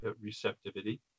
receptivity